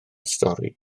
stori